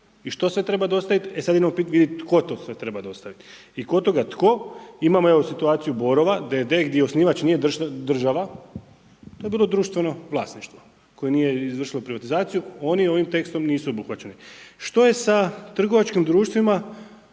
i što sve treba dostavit, e sad idemo pitat tko to sve treba dostavit i kod toga tko imamo situaciju Borova d.d. gdje osnivač nije država, to je bilo društveno vlasništvo koje nije izvršilo privatizaciju, oni ovim tekstom nisu obuhvaćeni. Što je sa trgovačkim društvima